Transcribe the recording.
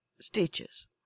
stitches